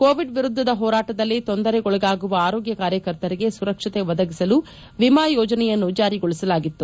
Covid ವಿರುದ್ದದ ಪೋರಾಟದಲ್ಲಿ ತೊಂದರೆಗೊಳಗಾಗುವ ಆರೋಗ್ಯ ಕಾರ್ಯಕರ್ತರಿಗೆ ಸುರಕ್ಷತೆ ಒದಗಿಸಲು ವಿಮಾ ಯೋಜನೆಯನ್ನು ಜಾರಿಗೊಳಿಸಲಾಗಿತ್ತು